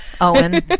Owen